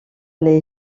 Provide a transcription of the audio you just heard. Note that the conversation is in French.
les